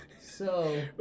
So-